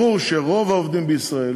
ברור שרוב העובדים בישראל